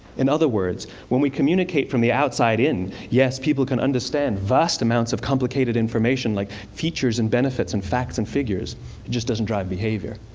in other words when we communicate from the outside in, yes, people can understand vast amounts of complicated information like features and benefits and facts and figures. it just doesn't drive behavior.